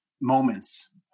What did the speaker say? moments